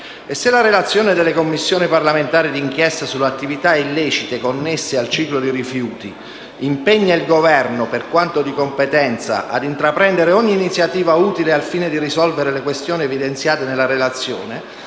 Se la relazione della Commissione parlamentare di inchiesta sulle attività illecite connesse al ciclo dei rifiuti impegna il Governo, per quanto di competenza, ad intraprendere ogni iniziativa utile al fine di risolvere le questioni evidenziate nella relazione,